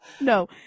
No